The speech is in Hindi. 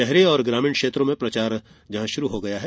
शहरी और ग्रामीण क्षेत्रों में प्रचार शुरू हो गया है